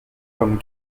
comme